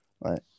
right